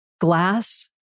glass